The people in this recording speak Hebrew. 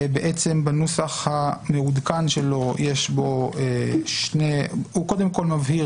בנוסח המעודכן שלו הוא קודם כל מבהיר